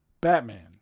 Batman